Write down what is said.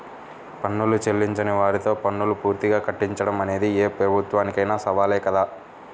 పన్నులు చెల్లించని వారితో పన్నులు పూర్తిగా కట్టించడం అనేది ఏ ప్రభుత్వానికైనా సవాలే కదా